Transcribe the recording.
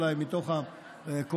אולי מתוך הקואליציה,